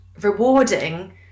rewarding